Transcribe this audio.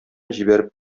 җибәреп